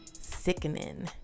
Sickening